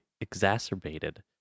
exacerbated